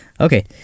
Okay